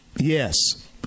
Yes